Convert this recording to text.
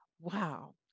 Wow